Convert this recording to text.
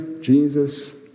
Jesus